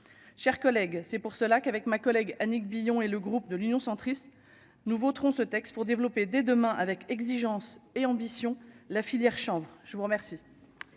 chers collègues, c'est pour cela qu'avec ma collègue Annick Billon et le groupe de l'Union centriste nous voterons ce texte pour développer dès demain avec exigence et ambition la filière chambre je vous remercie.